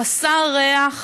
חסר ריח,